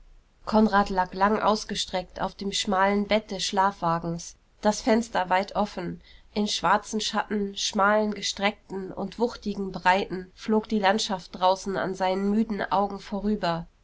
konrad lag lang ausgestreckt auf dem schmalen bett des schlafwagens das fenster weit offen in schwarzen schatten schmalen gestreckten und wuchtigen breiten flog die landschaft draußen an seinen müden augen vorüber